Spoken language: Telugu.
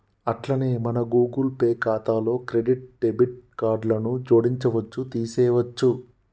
అట్లనే మన గూగుల్ పే ఖాతాలో క్రెడిట్ డెబిట్ కార్డులను జోడించవచ్చు తీసేయొచ్చు